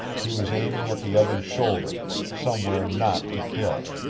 he was aiming at the other's shoulder, somewhere not to kill.